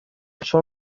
چون